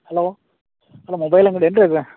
hello hello mobile ಅಂಗಡಿ ಏನು ರೀ ಇದು